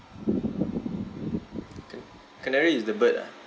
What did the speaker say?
ca~ canary is the bird ah